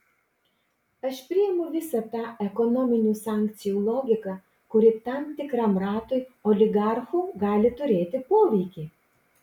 aš priimu visą tą ekonominių sankcijų logiką kuri tam tikram ratui oligarchų gali turėti poveikį